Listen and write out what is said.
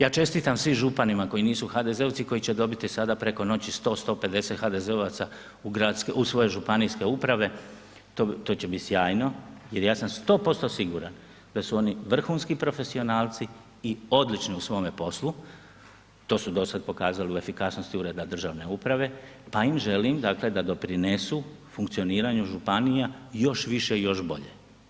Ja čestitam svim županima koji nisu HDZ-ovci koji će dobiti sada preko noći 100, 150 HDZ-ovaca u svoje županijske uprave, to će bit sjajno jer ja sam 100% siguran da su oni vrhunski profesionalci i odlični u svome poslu, to su dosad pokazali u efikasnosti Ureda državne uprave, pa im želim dakle da doprinesu funkcioniranju županija i još više i još bolje.